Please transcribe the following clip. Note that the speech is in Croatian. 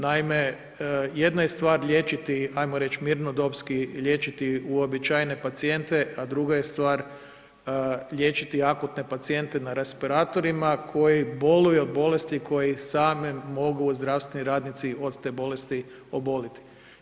Naime, jedna je stvar liječiti ajmo reći mirnodopski liječiti uobičajene pacijente, a druga je stvar liječiti akutne pacijente na respiratorima koji boluju od bolesti koje i sami mogu zdravstveni radnici od te bolesti oboliti.